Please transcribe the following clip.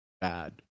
Bad